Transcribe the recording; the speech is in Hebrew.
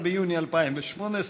12 ביוני 2018,